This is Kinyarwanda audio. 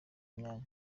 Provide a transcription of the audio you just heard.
myanya